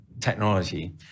technology